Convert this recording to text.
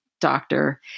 doctor